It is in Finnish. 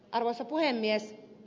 arvoisa puhemies